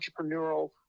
entrepreneurial